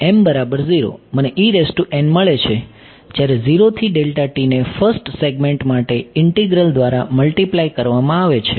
મને મળે છે જયારે 0 થી ને ફર્સ્ટ સેગ્મેન્ટ માટે ઇન્ટિગ્રલ દ્વારા મલ્ટીપ્લાય કરવામાં આવે છે